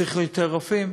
צריך יותר רופאים,